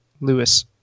Lewis